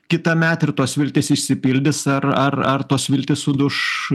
kitąmet ir tos viltys išsipildys ar ar ar tos viltys suduš